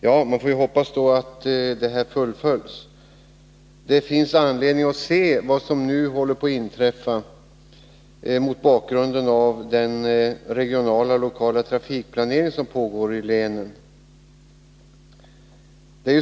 Jag hoppas att den avsikten fullföljs. Det finns anledning att se det som nu håller på att inträffa mot bakgrunden av den regionala och lokala trafikplanering som pågår i länet.